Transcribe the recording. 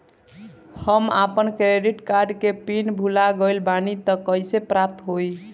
हम आपन credit card के पिन भुला गइल बानी त कइसे प्राप्त होई?